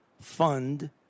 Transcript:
fund